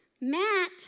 Matt